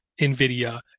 Nvidia